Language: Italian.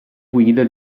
guida